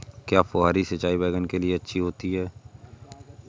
क्या फुहारी सिंचाई बैगन के लिए अच्छी होती है?